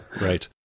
right